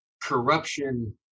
Corruption